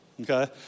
Okay